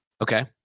Okay